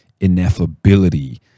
ineffability